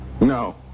No